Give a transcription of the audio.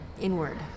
inward